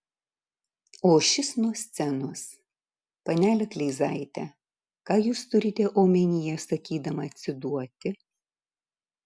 o šis nuo scenos panele kleizaite ką jūs turite omenyje sakydama atsiduoti